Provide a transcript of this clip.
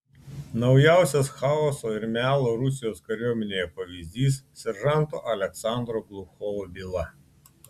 naujausias chaoso ir melo rusijos kariuomenėje pavyzdys seržanto aleksandro gluchovo byla